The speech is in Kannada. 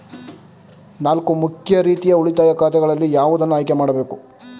ನಾಲ್ಕು ಮುಖ್ಯ ರೀತಿಯ ಉಳಿತಾಯ ಖಾತೆಗಳಲ್ಲಿ ಯಾವುದನ್ನು ಆಯ್ಕೆ ಮಾಡಬೇಕು?